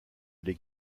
les